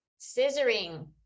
scissoring